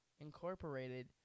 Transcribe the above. incorporated